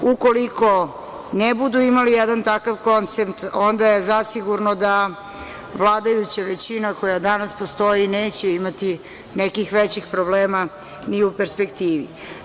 Ukoliko ne budu imali jedan takav koncept, onda je zasigurno da vladajuća većina koja danas postoji neće imati nekih većih problema ni u perspektivi.